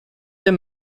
der